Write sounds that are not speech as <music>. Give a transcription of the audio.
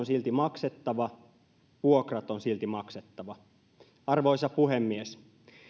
<unintelligible> silti maksettava vuokrat on silti maksettava arvoisa puhemies